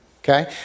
Okay